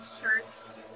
shirts